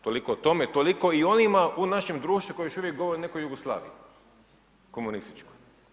Toliko o tome, toliko i onim u našem društvu koji još uvijek govore o nekoj Jugoslaviji, komunističkoj.